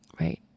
right